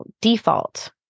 default